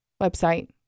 website